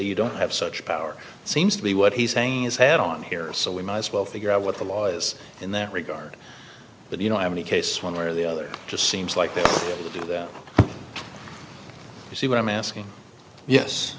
you don't have such power seems to be what he's saying is head on here so we might as well figure out what the law is in that regard but you know any case one way or the other just seems like this you see what i'm asking yes